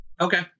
Okay